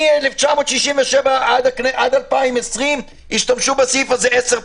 מ-1967 עד 2020 השתמשו בסעיף הזה עשר פעמים.